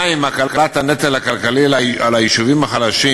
2. הקלת הנטל הכלכלי על היישובים החלשים